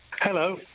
Hello